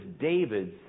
David's